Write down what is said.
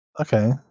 Okay